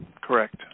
Correct